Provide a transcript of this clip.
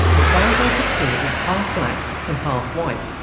as far as i could see it was half black and half white.